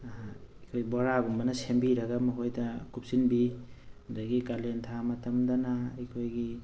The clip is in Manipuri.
ꯑꯩꯈꯣꯏ ꯕꯣꯔꯥꯒꯨꯝꯕꯅ ꯁꯦꯝꯕꯤꯔꯒ ꯃꯈꯣꯏꯗ ꯀꯨꯞꯁꯤꯟꯕꯤ ꯑꯗꯒꯤ ꯀꯥꯂꯦꯟ ꯊꯥ ꯃꯇꯝꯗꯅ ꯑꯩꯈꯣꯏꯒꯤ